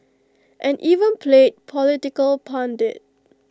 and even played political pundit